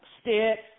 sticks